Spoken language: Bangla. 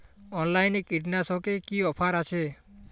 অনলাইনে কীটনাশকে কি অফার আছে?